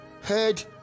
heard